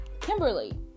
Kimberly